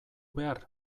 behar